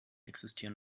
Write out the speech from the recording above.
existieren